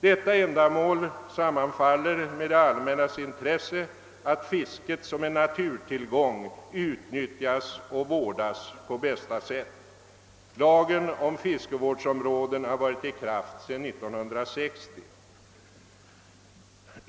Detta ändamål sammanfaller med det allmännas intresse att fisket som en naturtillgång utnyttjas och vårdas på bästa sätt. Lagen om fiskevårdsområden har varit i kraft sedan 1960.